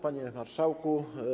Panie Marszałku!